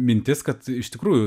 mintis kad iš tikrųjų